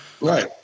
right